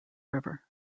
river